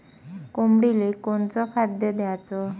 कोंबडीले कोनच खाद्य द्याच?